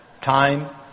time